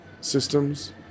systems